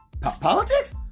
Politics